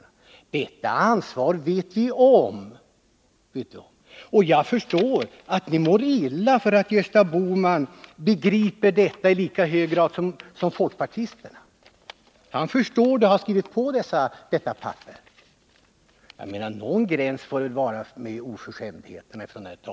Vi har ett ansvar — det är vi medvetna om. Jag förstår att ni mår illa, därför att Gösta Bohman begriper detta i lika hög grad som folkpartisterna. Han förstår hur allvarlig situationen är och har skrivit under uppropet. Någon måtta får det väl ändå vara på oförskämdheterna.